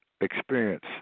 experience